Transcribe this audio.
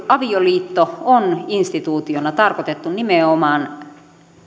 avioliitto on instituutiona tarkoitettu nimenomaan